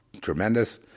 tremendous